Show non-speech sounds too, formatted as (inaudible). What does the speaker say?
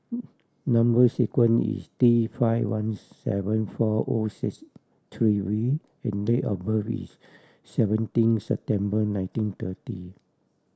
(noise) number sequence is T five one seven four O six three V and date of birth is seventeen September nineteen thirty